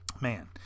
man